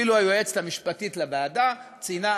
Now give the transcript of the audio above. אפילו היועצת המשפטית לוועדה ציינה